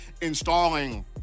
installing